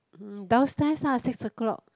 hmm downstairs ah six o'clock